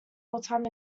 wartime